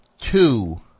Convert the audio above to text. two